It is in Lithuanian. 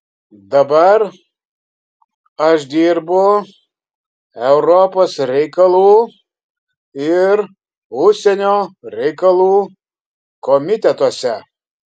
dabar aš dirbu europos reikalų ir užsienio reikalų komitetuose